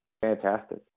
Fantastic